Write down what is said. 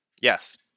Yes